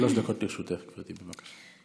שלוש דקות לרשותך, גברתי, בבקשה.